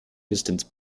distance